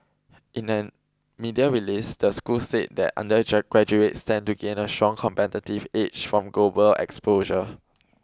in an media release the school said that under graduates stand to gain a strong competitive edge from global exposure